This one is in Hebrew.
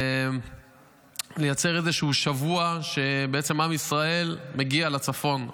לייצר איזשהו שבוע שעם ישראל מגיע לצפון,